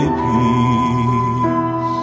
peace